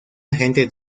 agente